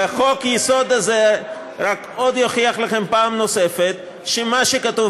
וחוק-היסוד הזה יוכיח לכם פעם נוספת שמה שכתוב